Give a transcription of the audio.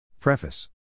Preface